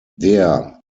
der